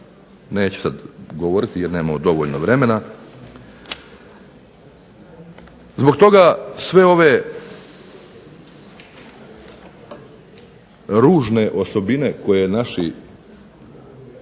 Neću sada govoriti jer nemam dovoljno vremena. Zbog toga sve ove ružne osobine koje naši